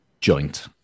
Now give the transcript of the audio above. joint